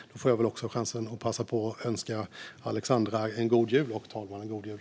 Jag vill också passa på att önska Alexandra Anstrell och talmannen en god jul.